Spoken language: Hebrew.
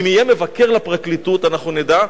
אם יהיה מבקר לפרקליטות, אנחנו נדע.